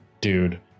dude